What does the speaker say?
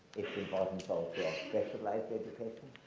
it's important for specialized education.